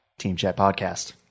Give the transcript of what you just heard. teamchatpodcast